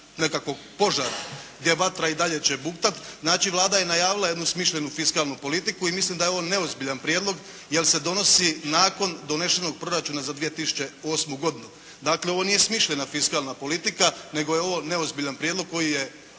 nekakvog požara gdje vatra i dalje će buktati. Znači, Vlada je najavila jednu smišljenu fiskalnu politiku i mislim da je ovo neozbiljan prijedlog jer se donosi nakon donesenog proračuna za 2008. godinu. Dakle, ovo nije smišljena fiskalna politika, nego je ovo neozbiljan prijedlog koji je